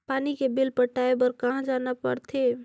पानी के बिल पटाय बार कहा जाना पड़थे?